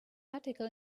article